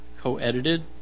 co-edited